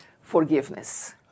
forgiveness